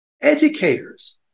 educators